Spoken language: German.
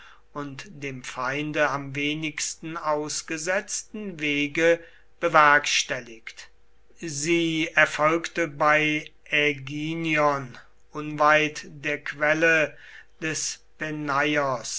und dem feinde am wenigsten ausgesetzten wege bewerkstelligt sie erfolgte bei aeginion unweit der quelle des